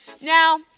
Now